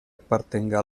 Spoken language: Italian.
appartenga